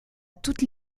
toutes